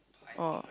orh